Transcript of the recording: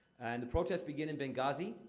and the protests begin in benghazi,